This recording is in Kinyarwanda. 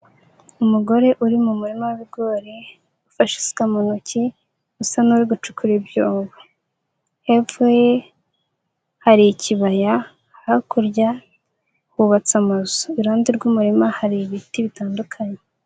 Umugore uri mu murima w'ibigori ufashe isuka mu ntoki, usa n'uri gucukura ibyobo, hepfo ye hari ikibaya, hakurya hubatse amazu, iruhande rw'umurima hari ibiti bitandukanye.